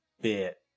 bit